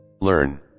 Learn